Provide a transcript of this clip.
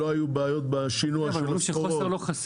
לא היו בעיות בשינוע של סחורות,